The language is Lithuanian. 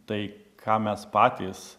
tai ką mes patys